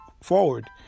forward